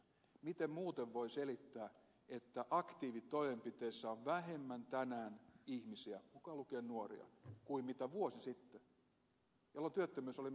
miten muuten voidaan selittää se että aktiivitoimenpiteissä on vähemmän tänään ihmisiä mukaan lukien nuoria kuin vuosi sitten jolloin työttömyys oli menossa alaspäin